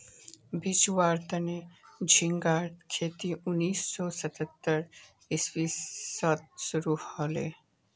बेचुवार तने झिंगार खेती उन्नीस सौ सत्तर इसवीत शुरू हले